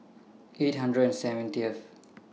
eight hundred and seventieth